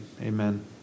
Amen